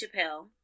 Chappelle